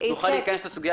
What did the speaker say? נוכל להיכנס לסוגיה.